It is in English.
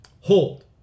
Hold